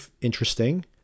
interesting